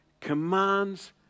commands